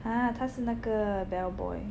!huh! 他是那个 bell boy